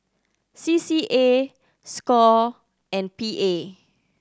C C A score and P A